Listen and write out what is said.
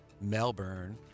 Melbourne